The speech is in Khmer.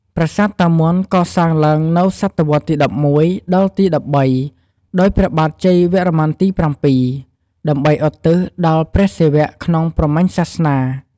ប្រាសាទតាមាន់កសាងឡើងនៅ សតវត្សទី១១ ដល់ទី១៣ ដោយព្រះបាទជ័យវរ្ម័នទី ៧ ដើម្បីឧទ្ទិសដល់ព្រះសិវៈក្នុងព្រាហ្មញ្ញសាសនា។